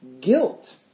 guilt